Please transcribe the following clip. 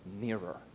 nearer